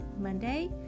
monday